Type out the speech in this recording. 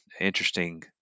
interesting